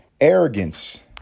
arrogance